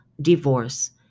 divorce